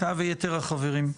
אתה ויתר החברים,